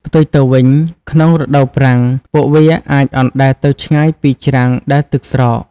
ផ្ទុយទៅវិញ ក្នុងរដូវប្រាំង ពួកវាអាចអណ្ដែតទៅឆ្ងាយពីច្រាំងដែលទឹកស្រក។